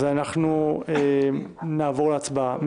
אז נעבור להצבעה.